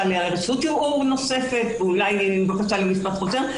לרשות ערעור נוספת ואולי בקשה למשפט חוזר.